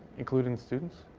including students?